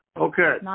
okay